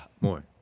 more